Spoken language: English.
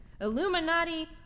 Illuminati